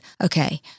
Okay